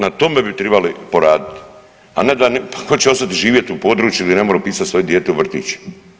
Na tome bi tribali poraditi, a ne da, pa tko će ostati živjeti u području gdje ne more upisati svoje dijete u vrtić.